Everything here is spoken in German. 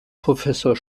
professor